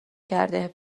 کرده